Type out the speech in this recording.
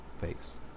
face